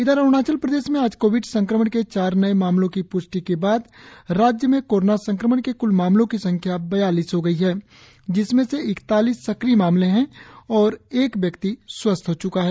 इधर अरुणाचल प्रदेश में आज कोविड संक्रमण की चार नए मामलों की प्ष्टि की बाद राज्य में कोरोना संक्रमण के क्ल मामलों की संख्या बयालीस हो गई है जिसमें से इकतालीस सक्रिय मामले है और व्यक्ति स्वस्थ्य हो च्का है